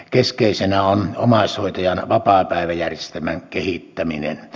keskeisenä on omaishoitajan vapaapäiväjärjestelmän kehittäminen